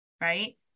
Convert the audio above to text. right